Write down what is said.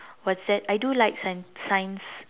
what's that I do like science science